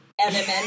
element